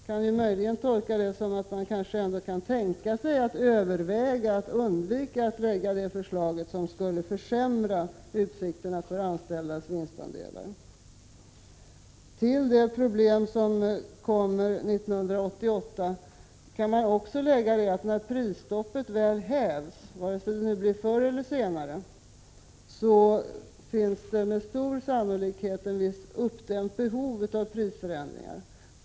Kan jag möjligen tolka det som att han ändå kan tänka sig att överväga att undvika att lägga fram förslag som skulle försämra utsikterna för anställdas vinstandelar? Till de problem som kommer 1988 kan också läggas att när prisstoppet väl hävs, vare sig det nu blir förr eller senare, finns med stor sannolikhet ett uppdämt behov av prisförändringar.